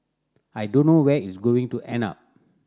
I don't know where it going to end up